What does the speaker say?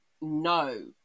no